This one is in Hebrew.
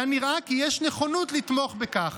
היה נראה כי יש נכונות לתמוך בכך,